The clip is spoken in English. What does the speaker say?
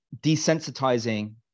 desensitizing